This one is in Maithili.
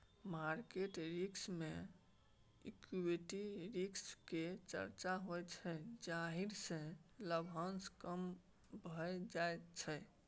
मार्केट रिस्क मे इक्विटी रिस्क केर चर्चा होइ छै जाहि सँ लाभांश कम भए जाइ छै